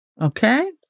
okay